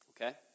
Okay